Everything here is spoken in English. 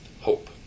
Hope